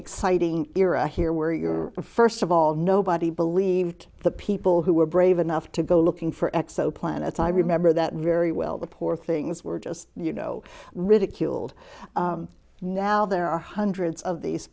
exciting era here where you're first of all nobody believed the people who were brave enough to go looking for exoplanets i remember that very well the poor things were just you know ridiculed now there are hundreds of these